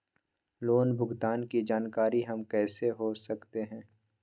Loan भुगतान की जानकारी हम कैसे हो सकते हैं?